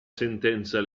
sentenza